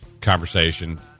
conversation